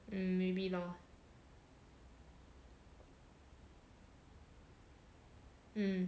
mm maybe lor mm